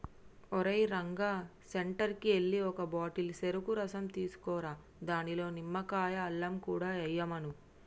ఓరేయ్ రంగా సెంటర్కి ఎల్లి ఒక బాటిల్ సెరుకు రసం తీసుకురా దానిలో నిమ్మకాయ, అల్లం కూడా ఎయ్యమను